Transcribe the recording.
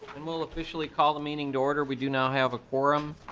and we'll officially call the meeting to order we do now have a quorum.